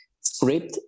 script